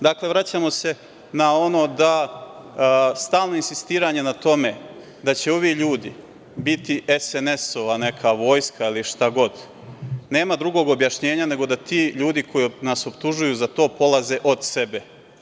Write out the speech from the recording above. Dakle, vraćamo se na ono da stalno insistiranje na tome da će ovi ljudi biti SNS neka vojska ili šta god, nema drugog objašnjenja nego da ti ljudi koji nas optužuju za to polaze od sebe.